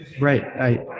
right